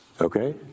Okay